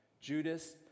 Judas